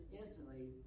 instantly